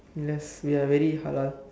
yes ya very hard lah